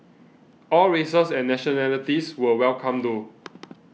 all races and nationalities were welcome though